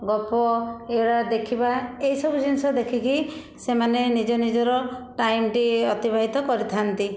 ଗପ ଏଗୁଡ଼ାକ ଦେଖିବା ଏସବୁ ଜିନିଷ ଦେଖିକି ସେମାନେ ନିଜ ନିଜର ଟାଇମଟି ଅତିବାହିତ କରିଥାନ୍ତି